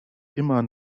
immer